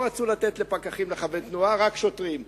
לא רצו לתת לפקחים לכוון תנועה אלא רק לשוטרים.